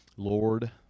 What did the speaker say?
Lord